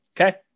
Okay